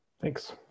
Thanks